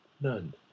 none